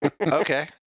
okay